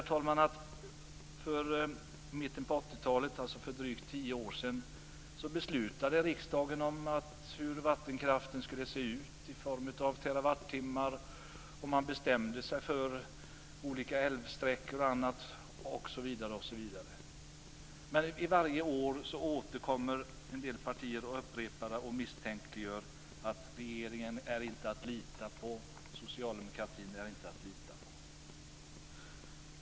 Riksdagen fattade i mitten på 80-talet, alltså för drygt tio år sedan, beslut om vattenkraften vad avser terawattimmar, älvsträckor osv. Varje år återkommer en del partier och upprepar misstänkliggörandet av att regeringen inte är att lita på - socialdemokratin är inte att lita på.